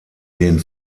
den